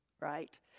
right